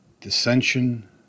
dissension